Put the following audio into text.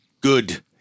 good